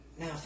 now